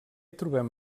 trobem